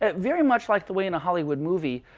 ah very much like the way in a hollywood movie,